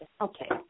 Okay